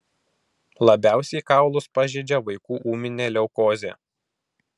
labiausiai kaulus pažeidžia vaikų ūminė leukozė